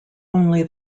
only